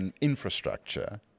infrastructure